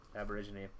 aborigine